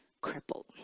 crippled